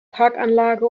parkanlage